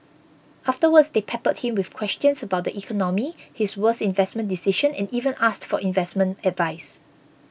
afterwards they peppered him with questions about the economy his worst investment decision and even asked for investment advice